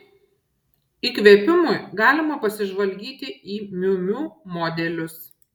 įkvėpimui galima pasižvalgyti į miu miu modelius